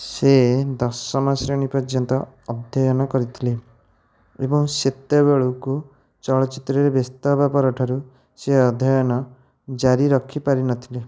ସେ ଦଶମ ଶ୍ରେଣୀ ପର୍ଯ୍ୟନ୍ତ ଅଧ୍ୟୟନ କରିଥିଲେ ଏବଂ ସେତେବେଳକୁ ଚଳଚ୍ଚିତ୍ରରେ ବ୍ୟସ୍ତ ହେବା ପରଠାରୁ ସେ ଅଧ୍ୟୟନ ଜାରି ରଖିପାରିନଥିଲେ